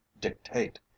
dictate